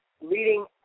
leading